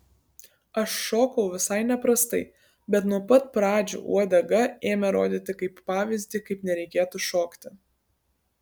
aš šokau visai neprastai bet nuo pat pradžių uodega ėmė rodyti kaip pavyzdį kaip nereikėtų šokti